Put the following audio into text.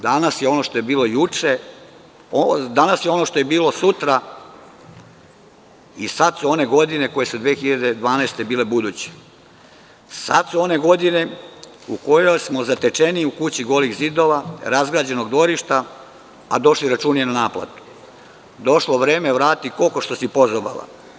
Danas je ono što je bilo sutra i sada su one godine koje su 2012. bile buduće, sada su one godine u kojima smo zatečeni u kući golih zidova, razgrađenog dvorišta, a došli računi na naplatu, došlo vreme – vratite koko što si pozobala.